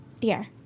dear